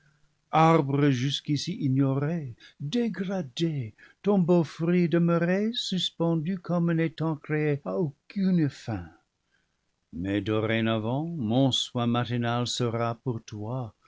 arbre jusqu'ici ignoré dégradé ton beau fruit demeurait suspendu comme n'étant créé à aucune fin mais dorénavant mon soin matinal sera pour toi